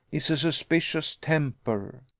is a suspicious temper.